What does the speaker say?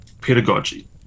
pedagogy